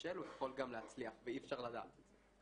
להיכשל הוא יכול גם להצליח ואי אפשר לדעת את זה.